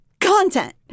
content